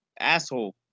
asshole